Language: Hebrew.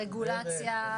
רגולציה,